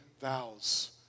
vows